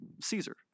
Caesar